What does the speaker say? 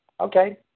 Okay